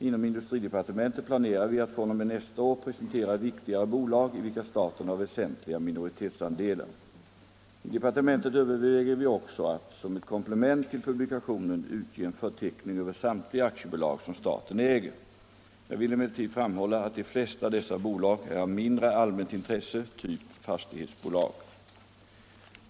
Inom industridepartementet planerar vi att fr.o.m. nästa år presentera viktigare bolag, i vilka staten har väsentliga minoritetsandelar. I departementet överväger vi också att, som ett komplement till publikationen, utge en förteckning över samtliga aktiebolag som staten äger. Jag vill emellertid framhålla att de flesta av dessa bolag är av mindre allmänt intresse, typ fastighetsbolag.